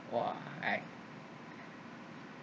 !wah! I